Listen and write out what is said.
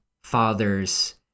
fathers